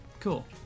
Cool